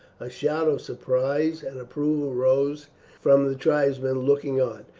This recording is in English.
a shout of surprise and approval rose from the tribesmen looking on.